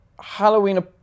Halloween